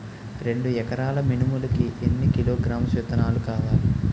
రెండు ఎకరాల మినుములు కి ఎన్ని కిలోగ్రామ్స్ విత్తనాలు కావలి?